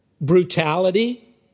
brutality